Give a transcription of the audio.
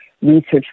research